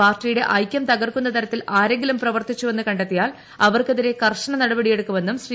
പാർട്ടിയുടെ ഐക്യം തകർക്കുന്ന തരത്തിൽ ആരെങ്കിലും പ്രവർത്തിച്ചുവെന്ന് കണ്ടെത്തിയാൽ അവർക്കെതിരെ കർശന നടപടിയെടുക്കുമെന്നും ശ്രീ